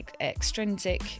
extrinsic